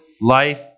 life